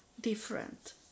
different